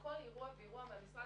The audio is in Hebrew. הדיון מתקיים לאחר דליפה שקרתה